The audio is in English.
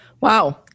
Wow